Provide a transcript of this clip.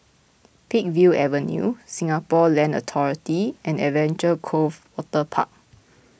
Peakville Avenue Singapore Land Authority and Adventure Cove Waterpark